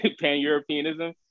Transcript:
pan-Europeanism